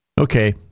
Okay